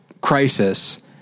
crisis